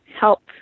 help